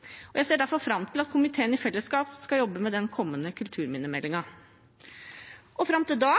viser. Jeg ser derfor fram til at komiteen i fellesskap skal jobbe med den kommende kulturminnemeldingen. Fram til da